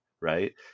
Right